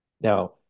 Now